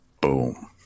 Boom